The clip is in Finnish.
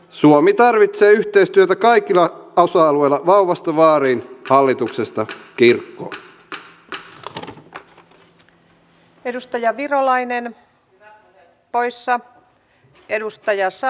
suomi tarvitsee yhteistyötä kaikilla osa alueilla vauvasta vaariin hallituksesta kirkkoon